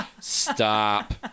Stop